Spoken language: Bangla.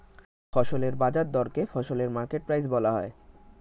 ফসলের বাজার দরকে ফসলের মার্কেট প্রাইস বলা হয়